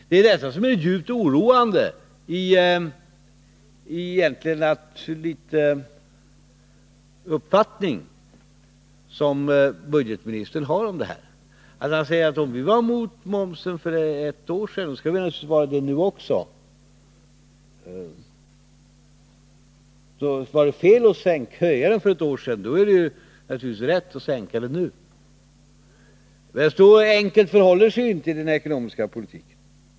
Det som egentligen "är så djupt oroande är budgetministerns uppfattning, att om vi var mot momsen för ett år sedan skall vi vara det nu också. Så om det var fel att höja den för ett år sedan, då är det ju naturligtvis rätt att sänka den nu. Så enkelt förhåller det sig inte i den ekonomiska politiken.